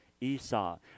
Esau